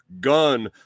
gun